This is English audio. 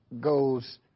goes